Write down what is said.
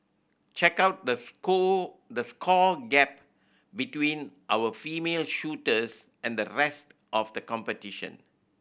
check out the the score gap between our female shooters and the rest of the competition